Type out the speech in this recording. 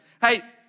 Hey